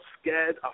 scared